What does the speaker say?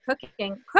cooking